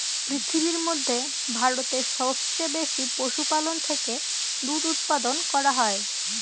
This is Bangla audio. পৃথিবীর মধ্যে ভারতে সবচেয়ে বেশি পশুপালন থেকে দুধ উপাদান করা হয়